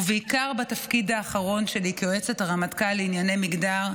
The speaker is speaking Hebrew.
ובעיקר בתפקיד האחרון שלי כיועצת הרמטכ"ל לענייני מגדר,